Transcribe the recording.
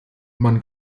man